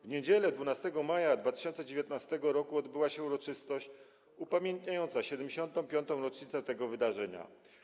W niedzielę 12 maja 2019 r. odbyła się uroczystość upamiętniająca 75. rocznicę tego wydarzenia.